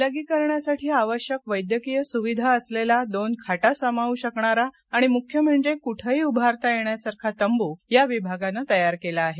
विलगीकरणासाठी आवश्यक वैद्यकीय सुविधा असलेला दोन खाटा सामावू शकणारा आणि मुख्य म्हणजे कुठेही उभारता येण्यासारखा तंबू या विभागानं तयार केला आहे